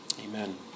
Amen